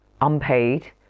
unpaid